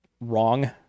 wrong